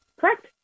Correct